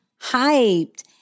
hyped